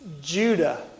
Judah